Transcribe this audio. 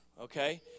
okay